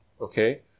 okay